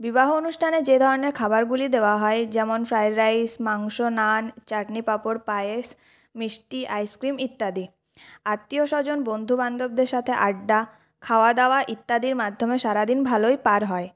বিবাহ অনুষ্ঠানে যে ধরনের খাবারগুলি দেওয়া হয় যেমন ফ্রায়েড রাইস মাংস নান চাটনি পাঁপড় পায়েস মিষ্টি আইসক্রিম ইত্যাদি আত্মীয় স্বজন বন্ধুবান্ধবদের সাথে আড্ডা খাওয়া দাওয়া ইত্যাদির মাধ্যমে সারাদিন ভালোই পার হয়